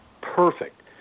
perfect